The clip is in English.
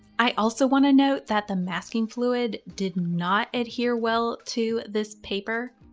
i also want to note that the masking fluid did not adhere well to this paper.